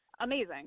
amazing